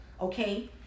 Okay